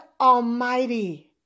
Almighty